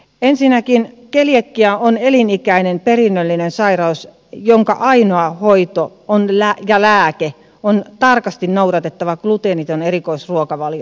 ensinnäkin keliakia on elinikäinen perinnöllinen sairaus jonka ainoa hoito ja lääke on tarkasti noudatettava gluteeniton erikoisruokavalio